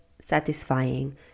satisfying